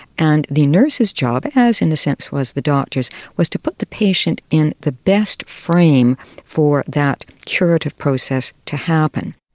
and the nurse's job, as in a sense was the doctor's was, to put the patient in the best frame for that curative process to happen.